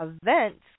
events